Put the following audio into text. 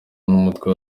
n’umutwe